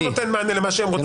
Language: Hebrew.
הוא לא נותן מענה למה שהם רוצים.